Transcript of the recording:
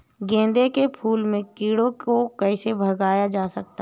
गेंदे के फूल से कीड़ों को कैसे भगाया जा सकता है?